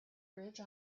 ridge